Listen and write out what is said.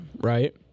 Right